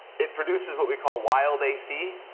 it produces what we call wild ac.